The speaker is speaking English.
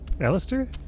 Alistair